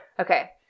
Okay